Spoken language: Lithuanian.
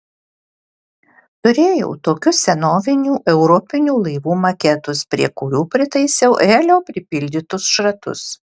turėjau tokius senovinių europinių laivų maketus prie kurių pritaisiau helio pripildytus šratus